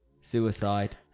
Suicide